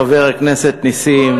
חבר הכנסת נסים,